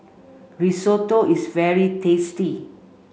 Risotto is very tasty